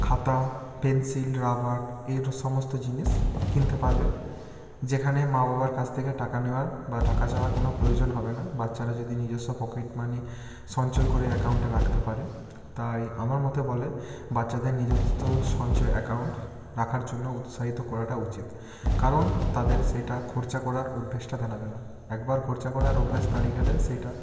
খাতা pencil rubber এর সমস্ত জিনিস কিনতে পারবে যেখানে মা বাবার কাছ থেকে টাকা নেওয়া বা টাকা চাওয়ার কোনো প্রয়োজন হবে না বাচ্চারা যদি নিজেস্ব পকেট মানি সঞ্চয় করে অ্যাকাউন্টে রাখতে পারে তাই আমার মতে বলে বাচ্চাদের নিজস্ব সঞ্চয় অ্যাকাউন্ট রাখার জন্য উৎসাহিত করাটা উচিত কারণ তাদের সেইটা খরচা করার অভ্যেসটা দাঁড়াবে না একবার খরচা করার অভ্যেস দাঁড়িয়ে গেলে সেইটা